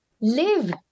live